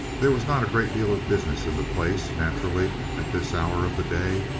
there was not a great deal of business in the place, naturally, at this hour of the day.